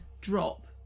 drop